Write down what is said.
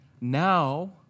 Now